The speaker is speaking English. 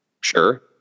Sure